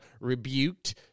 rebuked